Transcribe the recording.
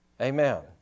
Amen